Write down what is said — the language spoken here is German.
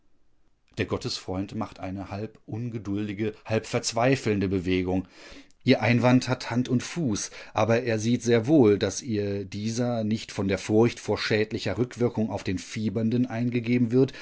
der gottesfreund macht eine halb ungeduldige halb verzweifelnde bewegung ihr einwand hat hand und fuß aber er sieht sehr wohl daß ihr dieser nicht von der furcht vor schädlicher rückwirkung auf den fiebernden eingegeben wird